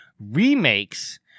remakes